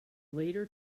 later